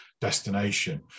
destination